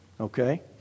Okay